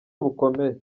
bukomeye